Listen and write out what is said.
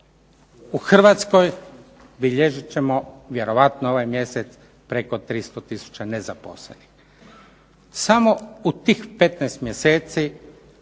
U Hrvatskoj bilježit ćemo vjerojatno ovaj mjesec preko 300000 nezaposlenih. Samo u tih 15 mjeseci